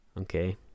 okay